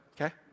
okay